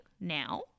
now